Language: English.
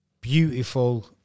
beautiful